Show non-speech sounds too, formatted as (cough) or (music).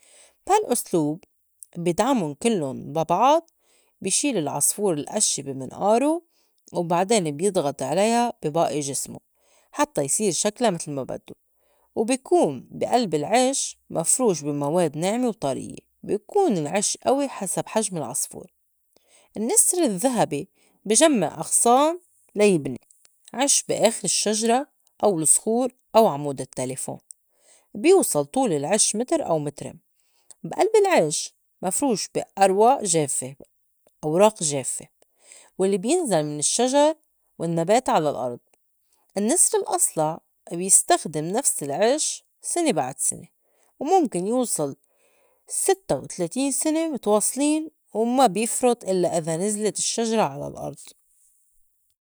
بهالأسلوب بيدْعمُن كلُّن ببعض بي شيل العصفور الأشّة بي منآرو و بعدين بيضغط عليا بي بائي جسمو حتّى يصير شكلا متل ما بدّو، وبيكون بي ألب العش مفروش بي مواد ناعمة وطريّة، بي كون العش أوي حسب حجم العصفور. النّسر الذهبي بي جمّع أغصان (noise) لا يبني عش بي أخر الشّجرة، أو لصخور، أو عامود التّلفون. بيوصل طول العش متر أو مترين بي ألب العش مفروش بي أرواء- (noise) أوراق جافّة والّي بينزل من الشّجر والنّبات على الأرض. النّسر الأصلع بيستخدم نفس العش سنة بعد سنة ومُمكن يوصل ستّة وتلاتين سنة متواصلين وما بيفرُط إلّا إذا نزْلت الشّجرة على الأرض.